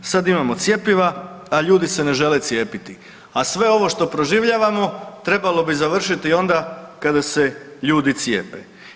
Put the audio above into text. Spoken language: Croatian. Sad imamo cjepiva, a ljudi se ne žele cijepiti, a sve ovo što proživljavamo trebali bi završiti onda kada se ljudi cijepe.